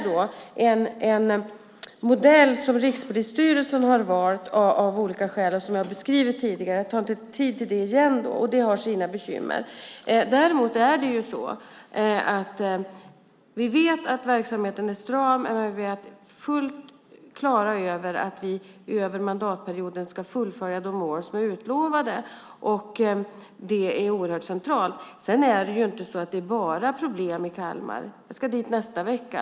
Det är en modell som Rikspolisstyrelsen har valt av olika skäl som jag beskrivit tidigare - jag tar inte upp tid med det igen - och det har sina bekymmer. Vi vet alltså att verksamheten är stram, men vi är också fullt klara över att vi över mandatperioden ska fullfölja de mål som är utlovade. Det är oerhört centralt. Sedan är det ju inte bara problem i Kalmar. Jag ska dit nästa vecka.